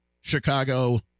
Chicago